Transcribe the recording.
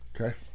Okay